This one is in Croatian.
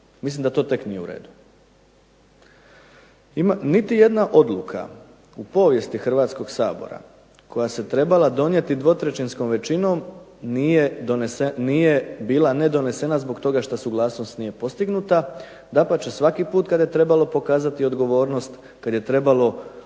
Mislim da to tek nije u redu. Niti jedna odluka u povijesti Hrvatskog sabora koja se trebala donijeti dvotrećinskom većinom nije bila ne donesena zbog toga što suglasnost nije bila postignuta, dapače svaki put kad je trebalo pokazati odgovornost, kad je trebalo